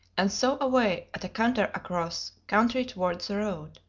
and so away at a canter across country towards the road.